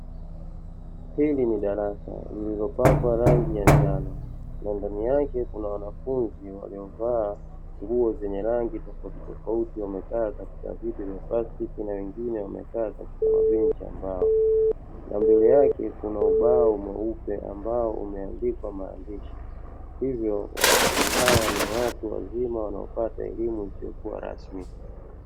Hili ni darasa lililopakwa rangi ya njano na ndani yake kuna wanafunzi waliovaa nguo za rangi tofauti tofauti wamekaa katika viti na wengine wamekaa katika mabenchi ya mbao na mbele yake kuna ubao mweupe ambao umeandikwa maandishi hivyo wanafunzi hawa ni watu wazima wanaopata elimu isiyokuwa rasmi.